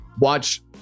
watch